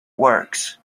works